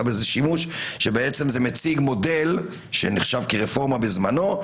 שזה מציג מודל שנחשב רפורמה בזמנו.